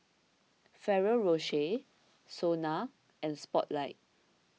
Ferrero Rocher Sona and Spotlight